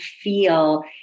feel